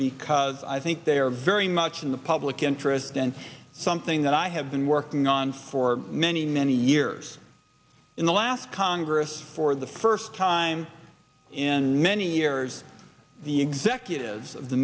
because i think they are very much in the public interest and something that i have been working on for many many years in the last congress for the first time in many years the executives